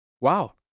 wow